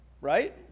right